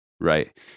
Right